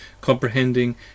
comprehending